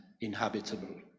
inhabitable